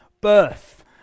birth